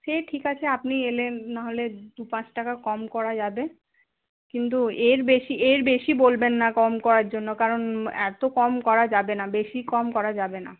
সে ঠিক আছে আপনি এলেন না হলে দু পাঁচ টাকা কম করা যাবে কিন্তু এর বেশি এর বেশি বলবেন না কম করার জন্য কারণ এত কম করা যাবে না বেশি কম করা যাবে না